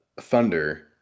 Thunder